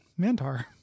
Mantar